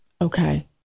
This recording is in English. Okay